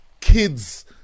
kids